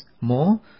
more